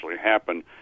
happen